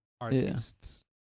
artists